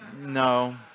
No